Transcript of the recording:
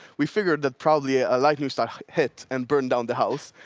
we figured that probably, a lightning strike hit and burned down the house.